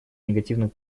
негативных